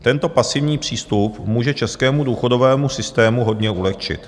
Tento pasivní přístup může českému důchodovému systému hodně ulehčit.